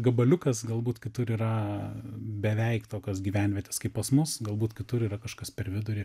gabaliukas galbūt kitur yra beveik tokios gyvenvietės kaip pas mus galbūt kitur yra kažkas per vidurį